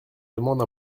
demande